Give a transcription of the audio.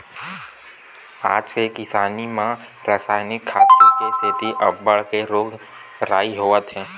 आज के किसानी म रसायनिक खातू के सेती अब्बड़ के रोग राई होवत हे